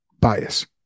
bias—